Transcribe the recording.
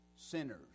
Sinners